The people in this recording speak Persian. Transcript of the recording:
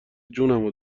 جونمون